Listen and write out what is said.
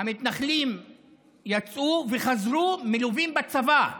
המתנחלים יצאו וחזרו מלווים בצבא,